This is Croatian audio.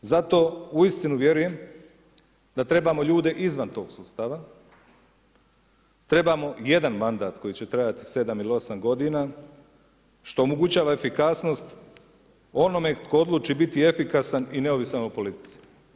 Zato uistinu vjerujem da trebamo ljude izvan tog sustava, trebamo jedan mandat koji će trajati 7 ili 8 godina, što omogućava efikasnost onome tko odluči biti efikasan i neovisan o politici.